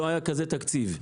לא היה כזה תקציב בעבר.